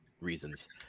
reasons